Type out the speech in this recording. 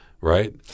right